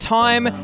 time